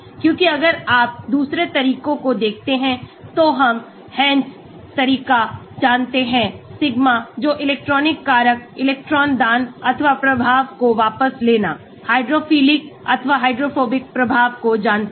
क्योंकिअगर आप दूसरे तरीकों को देखते हैं तो हम Hansch तरीका जानते हैं सिग्मा जो इलेक्ट्रॉनिक कारक इलेक्ट्रॉन दान अथवा प्रभाव को वापस लेना हाइड्रोफिलिक अथवा हाइड्रोफोबिक प्रभाव को जानते हैं